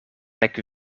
nek